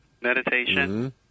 meditation